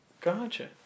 Gotcha